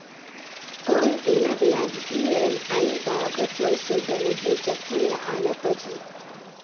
कौन एला ब्याज ई.एम.आई गांव कर चॉइस सेंटर ले भेज सकथव या आना परही?